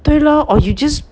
对 lor or you just